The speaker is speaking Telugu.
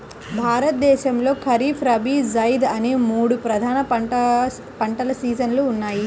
భారతదేశంలో ఖరీఫ్, రబీ, జైద్ అనే మూడు ప్రధాన పంటల సీజన్లు ఉన్నాయి